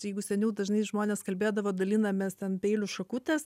jeigu seniau dažnai žmonės kalbėdavo dalinamės ten peilius šakutes